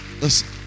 Listen